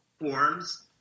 forms